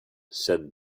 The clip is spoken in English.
said